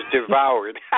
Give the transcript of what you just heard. devoured